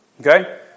Okay